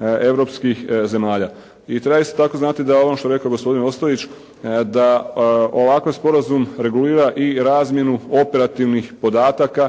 europskih zemalja i treba isto tako znati da je ono što je rekao gospodin Ostojić da ovakav sporazum regulira i razmjenu operativnih podataka